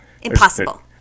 Impossible